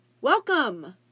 Welcome